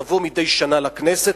לבוא מדי שנה לכנסת,